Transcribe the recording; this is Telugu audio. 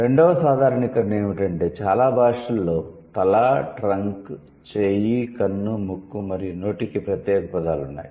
రెండవ సాధారణీకరణ ఏమిటంటే చాలా భాషలలో తల ట్రంక్ చేయి కన్ను ముక్కు మరియు నోటికి ప్రత్యేక పదాలు ఉన్నాయి